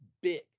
big